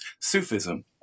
Sufism